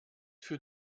für